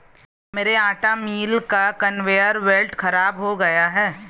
मेरे आटा मिल का कन्वेयर बेल्ट खराब हो गया है